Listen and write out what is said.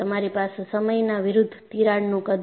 તમારી પાસે સમયના વિરુદ્ધ તિરાડનું કદ છે